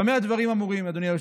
במה הדברים אמורים, אדוני היושב-ראש?